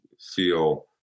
feel